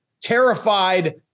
terrified